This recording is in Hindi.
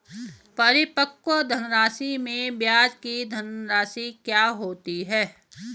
परिपक्व धनराशि में ब्याज की धनराशि क्या होती है?